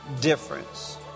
difference